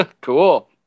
cool